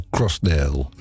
Crossdale